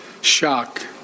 shock